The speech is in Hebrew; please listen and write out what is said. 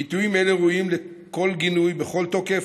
ביטויים אלה ראויים לכל גינוי בכל תוקף.